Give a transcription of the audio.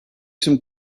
some